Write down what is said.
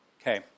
Okay